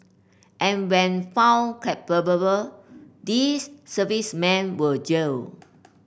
and when found these servicemen were jailed